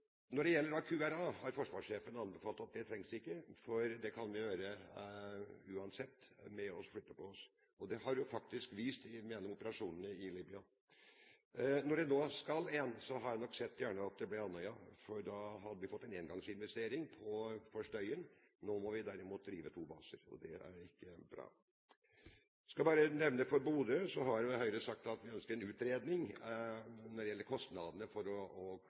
Når det gjelder QRA, har forsvarssjefen sagt at det trengs ikke, for det kan vi gjøre uansett med å flytte på oss. Det har vi vist gjennom operasjonene i Libya. Når det nå skal være en, hadde jeg nok gjerne sett at det ble Andøya, for da hadde vi fått en engangsinvestering for støyen. Nå må vi derimot drive to baser, og det er ikke bra. Jeg skal også nevne at når det gjelder Bodø, har Høyre sagt at vi ønsker en utredning av kostnadene for å